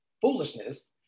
foolishness